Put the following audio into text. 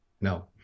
No